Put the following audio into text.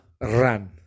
run